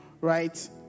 Right